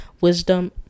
wisdom